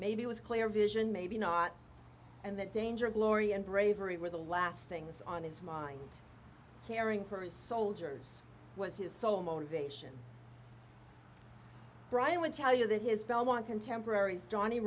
maybe with clear vision maybe not and that danger of glory and bravery were the last things on his mind caring for his soldiers was his sole motivation brian would tell you that his belmont contemporaries johnny